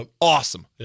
awesome